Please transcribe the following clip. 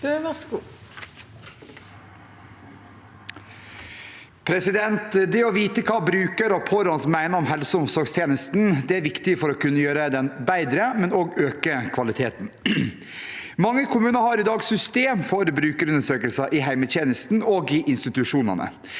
Bøe (H) Å vite hva bru- kere og pårørende mener om helse- og omsorgstjenesten, er viktig for å kunne gjøre den bedre og øke kvaliteten. Mange kommuner har i dag systemer for brukerundersøkelser i hjemmetjenesten og i institusjonene.